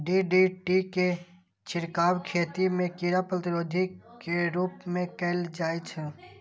DDT के छिड़काव खेती मे कीड़ा प्रतिरोधी के रूप मे कैल जाइ छै